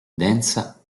densa